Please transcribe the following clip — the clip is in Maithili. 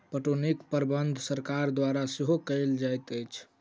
पटौनीक प्रबंध सरकार द्वारा सेहो कयल जाइत अछि